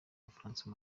bufaransa